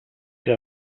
que